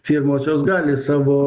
firmos jos gali savo